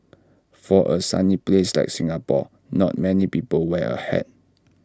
for A sunny place like Singapore not many people wear A hat